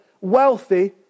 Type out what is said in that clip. wealthy